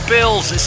Bills